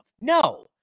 No